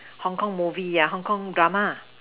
Hong-Kong movie Hong-Kong drama